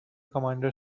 commander